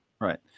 right